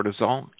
cortisol